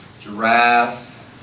giraffe